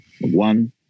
one